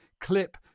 clip